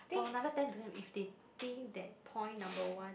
for another ten to them if they think that point number one